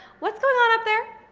what's going on up there?